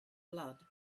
blood